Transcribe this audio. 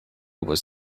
was